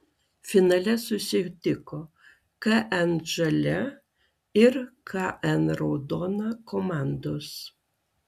finale susitiko kn žalia ir kn raudona komandos